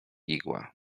igła